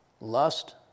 Lust